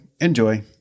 Enjoy